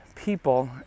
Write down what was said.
people